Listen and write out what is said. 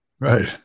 right